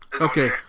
Okay